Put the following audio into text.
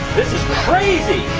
this is crazy!